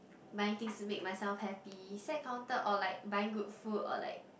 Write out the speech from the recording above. buying things to make myself happy is that counted or like buying good food or like